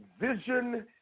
vision